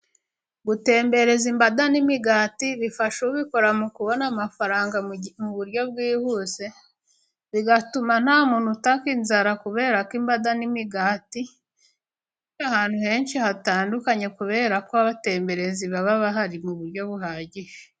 Gutembereza imbada n'imigati， bifasha ubikora mu kubona amafaranga mu buryo bwihuse， bigatuma nta muntu utaka inzara， kubera ko imbada n'imigati， biba biri ahantu henshi hatandukanye，kubera ko abatemberezi baba bahari mu buryo buhagije.